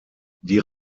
die